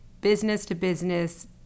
business-to-business